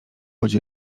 łodzi